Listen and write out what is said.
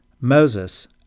Moses